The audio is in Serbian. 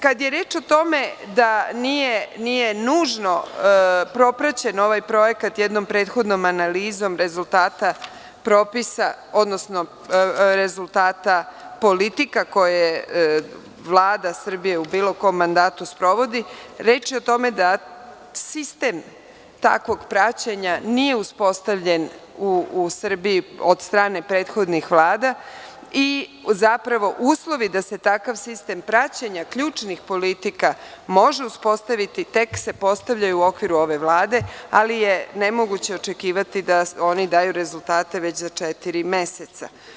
Kada je reč o tome da nije nužno propraćen ovaj projekat prethodnom analizom rezultata propisa, odnosno rezultata politika koje je Vlada Srbije u bilo kom mandatu sprovodi, reč je o tome da sistem takvog praćenja nije uspostavljen u Srbiji od strane prethodnih Vlada i zapravo uslovi da se takav sistem praćenja ključnih politika može uspostaviti tek se postavljaju u okviru ove Vlade, ali je nemoguće očekivati da oni daju rezultate već za četiri meseca.